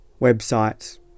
Websites